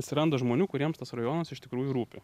atsiranda žmonių kuriems tas rajonas iš tikrųjų rūpi